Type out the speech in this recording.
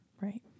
Right